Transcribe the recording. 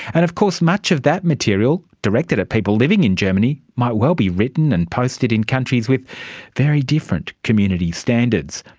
and of course much of that material, directed at people living in germany, might well be written and posted in countries with very different community standards.